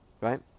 Right